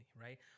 right